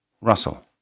Russell